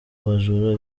abajura